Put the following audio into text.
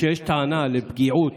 כשיש טענה לפגיעות